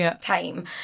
time